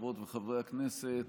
חברות וחברי הכנסת,